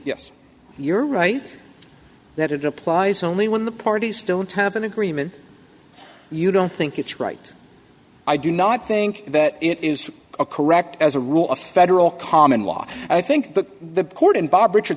yes you're right that it applies only when the parties don't have an agreement you don't think it's right i do not think that it is a correct as a rule of federal common law i think the court and bob richard